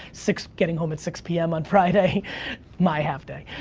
six, getting home at six pm on friday my half-day.